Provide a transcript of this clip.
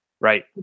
right